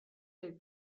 del